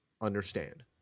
understand